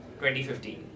2015